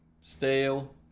stale